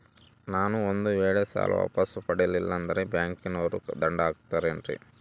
ನಾನು ಒಂದು ವೇಳೆ ಸಾಲ ವಾಪಾಸ್ಸು ಮಾಡಲಿಲ್ಲಂದ್ರೆ ಬ್ಯಾಂಕನೋರು ದಂಡ ಹಾಕತ್ತಾರೇನ್ರಿ?